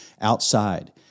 outside